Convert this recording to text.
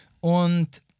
Und